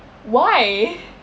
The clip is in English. why